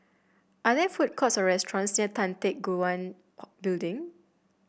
are there food courts or restaurants near Tan Teck Guan Building